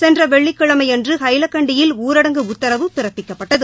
சென்ற வெள்ளிக்கிழமை அன்று ஹைலக்கண்டியில் ஊரடங்கு உத்தரவு பிறப்பிக்கப்பட்டது